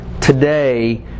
today